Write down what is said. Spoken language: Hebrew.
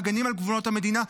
מגינים על גבולות המדינה,